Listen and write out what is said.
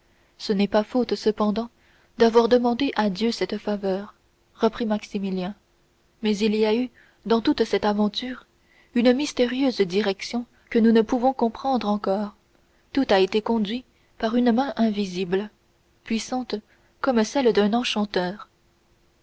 ce n'est pas faute cependant d'avoir demandé à dieu cette faveur reprit maximilien mais il y a eu dans toute cette aventure une mystérieuse direction que nous ne pouvons comprendre encore tout a été conduit par une main invisible puissante comme celle d'un enchanteur